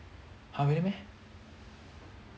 !huh! really meh